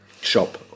shop